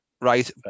Right